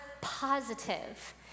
positive